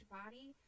body